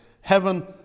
heaven